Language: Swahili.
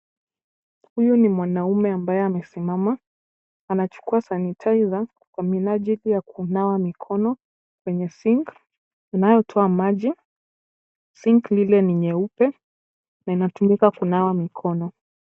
Huyu ni mwanamume ambaye amesimama, anachukua sanitizer kwa minajili ya kunawa mikono kwenye sink inayotoa maji. sink lile ni nyeupe na inatumika kunawa mikono.